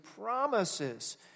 promises